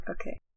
okay